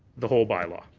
the whole bylaw.